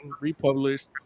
republished